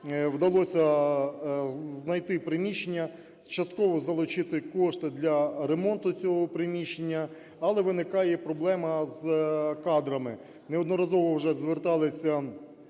вдалося знайти приміщення, частково залучити кошти для ремонту цього приміщення. Але виникає проблема з кадрами. Неодноразово вже зверталися